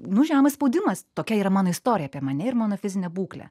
nu žemas spaudimas tokia yra mano istorija apie mane ir mano fizinę būklę